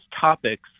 topics